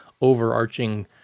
overarching